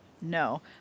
no